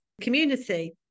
community